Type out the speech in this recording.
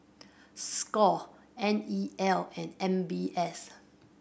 score N E L and M B S